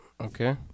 Okay